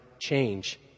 change